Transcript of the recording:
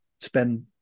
spend